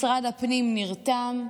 משרד הפנים נרתם,